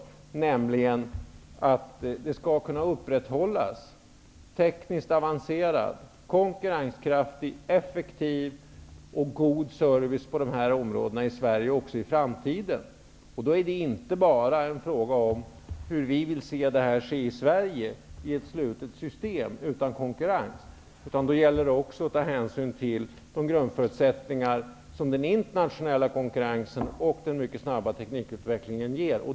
Det gäller nämligen att även i framtiden upprätthålla tekniskt avancerad service, konkurrenskraftig, effektiv och god service på de här områdena i Sverige. Det är då inte bara en fråga om hur vi i ett slutet system utan konkurrens vill se det här ske i Sverige, utan det gäller också att ta hänsyn till de grundförutsättningar som den internationella konkurrensen och den mycket snabba teknikutvecklingen ger.